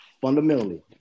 fundamentally